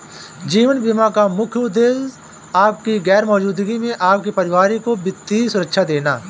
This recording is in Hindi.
जीवन बीमा का मुख्य उद्देश्य आपकी गैर मौजूदगी में आपके परिवार को वित्तीय सुरक्षा देना